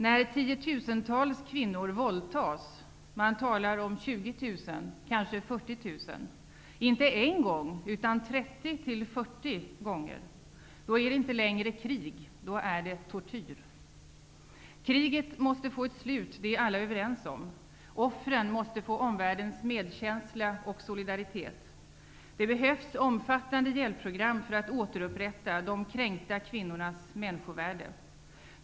När tiotusentals kvinnor våldtas -- man talar om 20 000, kanske 40 000 -- inte en gång utan 30-40 gånger, då är det inte längre krig; då är det tortyr. Kriget måste få ett slut -- det är alla överens om. Offren måste få omvärldens medkänsla och solidaritet. Det behövs omfattande hjälpprogram för att återupprätta de kränkta kvinnornas människovärde.